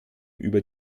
über